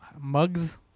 mugs